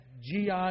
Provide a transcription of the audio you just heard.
GI